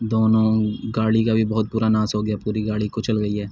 دونوں گاڑی کا بھی بہت برا ناس ہو گیا پوری گاڑی کچل گئی ہے